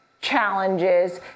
challenges